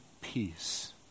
peace